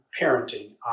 parenting